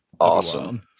awesome